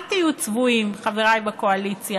אל תהיו צבועים, חבריי בקואליציה.